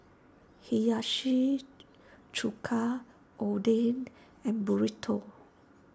Hiyashi Chuka Oden and Burrito